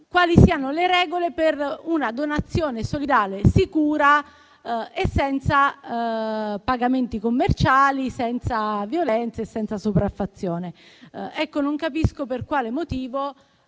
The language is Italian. quali siano le regole per una donazione solidale, sicura e senza pagamenti commerciali, senza violenze e senza sopraffazione. Non capisco per quale motivo